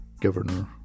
Governor